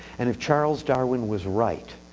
and if charles darwin was right,